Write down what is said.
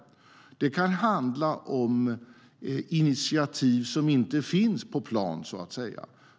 Det kan handla om initiativ som inte finns på plan.